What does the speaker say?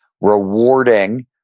rewarding